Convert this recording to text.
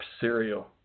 Cereal